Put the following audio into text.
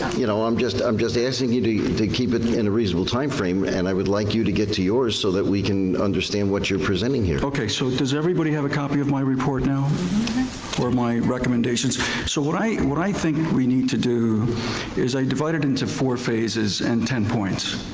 you know, i'm just um just asking you to to keep it in a reasonable timeframe and i would like you to get to yours so we can understand what you're presenting here. okay, so does everybody have a copy of my report now or my recommendations? so what i what i think we need to do is i divide it into four phases and ten points.